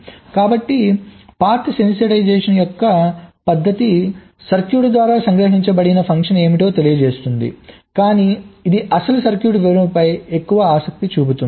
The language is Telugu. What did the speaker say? కాబట్టి పాత్ సెన్సిటైజేషన్ యొక్క పద్ధతి సర్క్యూట్ ద్వారా గ్రహించబడిన ఫంక్షన్ ఏమిటో తెలియజేస్తుంది కాని ఇది అసలు సర్క్యూట్ వివరణపై ఎక్కువ ఆసక్తి చూపుతుంది